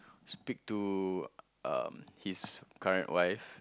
speak to um his current wife